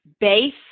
base